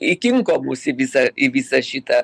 įkinko mus į visą į visą šitą